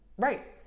Right